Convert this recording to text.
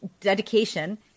dedication